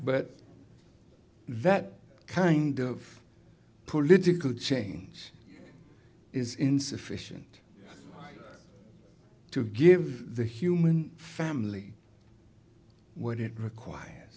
but that kind of political change is insufficient to give the human family what it requires